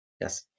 Yes